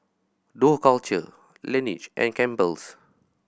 Dough Culture Laneige and Campbell's